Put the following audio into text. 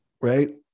Right